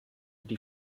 die